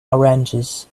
oranges